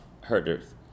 herders